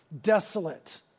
desolate